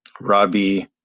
Robbie